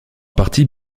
partie